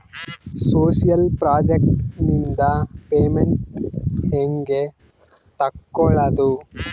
Social project ನಿಂದ payment ಹೆಂಗೆ ತಕ್ಕೊಳ್ಳದು?